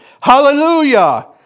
Hallelujah